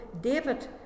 David